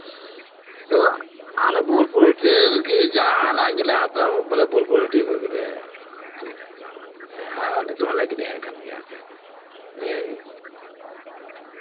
ᱛᱚ ᱦᱟᱱᱮ ᱵᱳᱞᱯᱩᱨ ᱦᱟᱹᱴᱭᱟᱹ ᱨᱮᱜᱮ ᱡᱟᱦᱟᱸᱟᱜ ᱜᱮᱞᱮ ᱦᱟᱛᱟᱣ ᱵᱚᱞᱮ ᱵᱳᱞᱯᱩᱨ ᱦᱟᱹᱴᱭᱟ ᱠᱷᱚᱱ ᱜᱮᱞᱮ ᱠᱤᱨᱤᱧ ᱟᱜᱩᱭᱮᱫ ᱠᱟᱱ ᱛᱟᱦᱮᱸᱜᱼᱟ ᱟᱨ ᱱᱤᱛ ᱦᱚᱸᱞᱮ ᱠᱤᱨᱤᱧᱮᱫ ᱠᱟᱱ ᱜᱮᱭᱟ ᱮᱛᱮᱫ ᱱᱤᱭᱟᱹᱜᱮ